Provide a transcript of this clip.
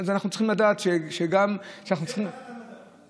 אז אנחנו צריכים לדעת שגם, זה ועדת המדע.